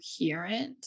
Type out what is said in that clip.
coherent